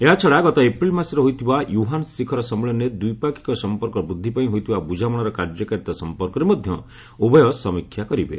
ଏହାଛଡା ଗତ ଏପ୍ରିଲ ମାସରେ ହୋଇଥିବା ୟୁହାନ୍ ଶିଖର ସମ୍ମିଳନୀରେ ଦ୍ୱିପାକ୍ଷିକ ସମ୍ପର୍କ ବୃଦ୍ଧି ପାଇଁ ହୋଇଥିବା ବୁଝାମଣାର କାର୍ଯ୍ୟକାରିତା ସମ୍ପର୍କରେ ମଧ୍ୟ ଉଭୟ ସମୀକ୍ଷା କରିବେ